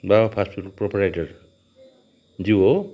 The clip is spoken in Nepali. बाबा फास्ट फुड प्रोपराइटरज्यू हो